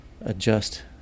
adjust